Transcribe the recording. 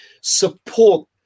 support